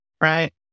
right